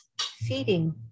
feeding